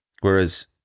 whereas